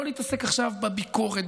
ולא להתעסק עכשיו בביקורת,